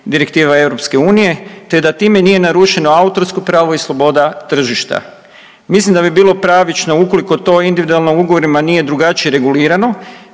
direktiva EU, te da time nije narušeno autorsko pravo i sloboda tržišta. Mislim da bi bilo pravično ukoliko to individualno ugovorima nije drugačije regulirano.